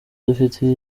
dufite